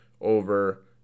over